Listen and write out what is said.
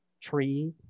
tree